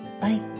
bye